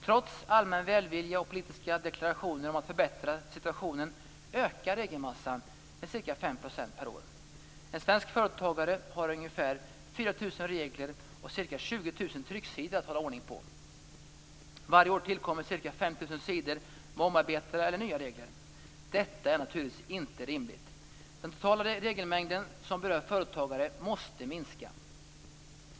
Trots allmän välvilja och politiska deklarationer om att förbättra situationen ökar regelmassan med ca 5 % per år. En svensk företagare har ungefär 4 000 regler och ca 20 000 trycksidor att hålla ordning på. Varje år tillkommer ca 5 000 sidor med omarbetade eller nya regler. Detta är naturligtvis inte rimligt. Den totala regelmängden som berör företagare måste minska.